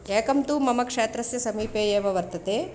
एकं तु मम क्षेत्रस्य समीपे एव वर्तते